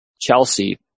Chelsea